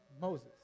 Moses